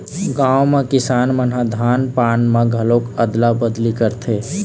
गाँव म किसान मन ह धान पान म घलोक अदला बदली करथे